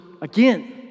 again